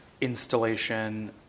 installation